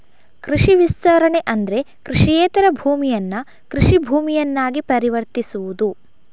ಕೃಷಿ ವಿಸ್ತರಣೆ ಅಂದ್ರೆ ಕೃಷಿಯೇತರ ಭೂಮಿಯನ್ನ ಕೃಷಿ ಭೂಮಿಯನ್ನಾಗಿ ಪರಿವರ್ತಿಸುವುದು